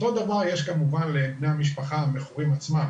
אותו דבר יש כמובן לבני המשפחה המכורים עצמם,